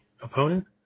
opponent